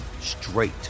straight